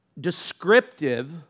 descriptive